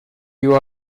you